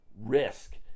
risk